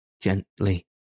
gently